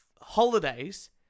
holidays